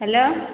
hello